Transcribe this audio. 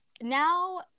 Now